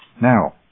Now